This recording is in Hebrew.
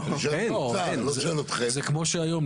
זה כמו שהיום,